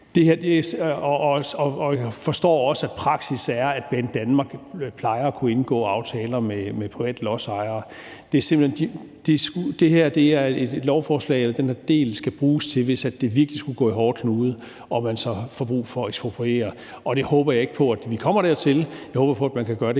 Jeg forstår også, at praksis er, at Banedanmark plejer at kunne indgå aftaler med private lodsejere. Den her del af lovforslaget skal bruges, hvis det virkelig går i hårdknude og man så får brug for at skulle ekspropriere. Jeg håber ikke, at vi kommer dertil; jeg håber på, at man kan gøre det